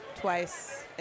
twice